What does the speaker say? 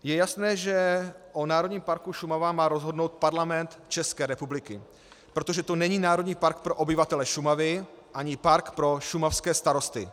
Je jasné, že o Národním parku Šumava má rozhodnout Parlament České republiky, protože to není národní park pro obyvatele Šumavy ani park pro šumavské starosty.